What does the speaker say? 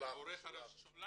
כבר שלנו.